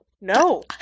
no